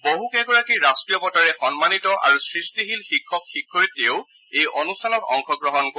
বহুকেইগৰাকী ৰাষ্টীয় বঁটাৰে সম্মানিত আৰু সৃষ্টিশীল শিক্ষক শিক্ষয়িত্ৰীয়েও এই অনুষ্ঠানত অংশগ্ৰহণ কৰিব